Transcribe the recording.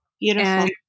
Beautiful